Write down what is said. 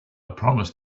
promised